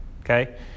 Okay